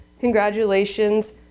congratulations